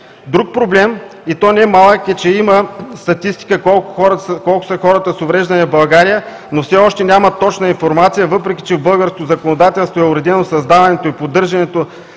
Друг проблем, и то немалък, е, че има статистика колко са хората с увреждания в България, но все още няма точна информация, въпреки че в българското законодателство е уредено създаването и поддържането